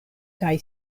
kaj